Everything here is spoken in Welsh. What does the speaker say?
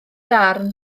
darn